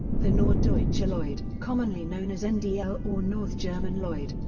the norddeutscher lloyd, commonly known as ndl or north german lloyd,